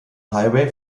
highway